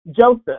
Joseph